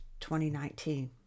2019